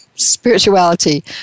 spirituality